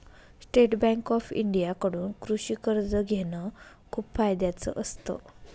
state Bank of India कडून कृषि कर्ज घेण खूप फायद्याच असत